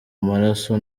maraso